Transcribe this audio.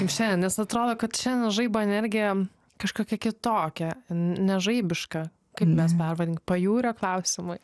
kaip šiandien nes atrodo kad čia nuo žaibo energija kažkokia kitokia ne žaibiška kaip mes pervadint pajūrio klausimui